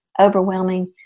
overwhelming